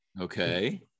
Okay